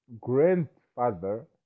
Grandfather